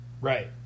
Right